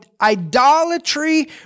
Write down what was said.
idolatry